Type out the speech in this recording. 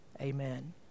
Amen